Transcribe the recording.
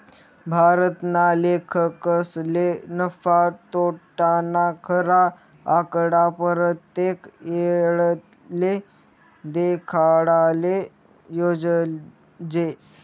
भारतना लेखकसले नफा, तोटाना खरा आकडा परतेक येळले देखाडाले जोयजे